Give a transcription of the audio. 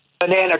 Banana